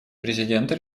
президента